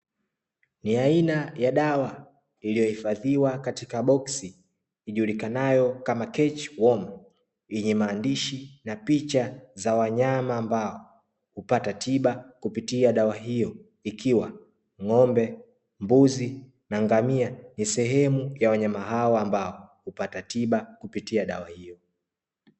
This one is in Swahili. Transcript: Ni aina ya dawa iliyohifadhiwa katika boksi ijulikanayo kama "cache warm" yenye maandishi na picha za wanyama ambao, hupata tiba kupitia dawa hiyo ikiwa ng'ombe, mbuzi na ngamia ni sehemu ya wanyama hawa ambao, hupata tiba kupitia dawa hiyo.